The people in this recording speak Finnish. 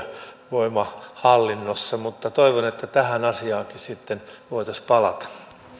työvoimahallinnossa mutta toivon että tähän asiaankin sitten voitaisiin palata